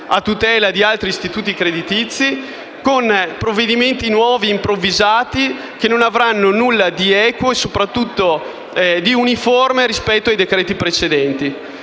a tutela di altri istituti creditizi, con provvedimenti nuovi e improvvisati, che non avranno niente di equo e soprattutto di uniforme rispetto ai provvedimenti precedenti.